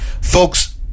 Folks